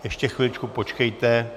Ještě chviličku počkejte.